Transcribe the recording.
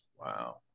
Wow